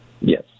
Yes